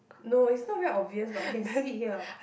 no is not very obvious but I can see it here